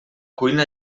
cuina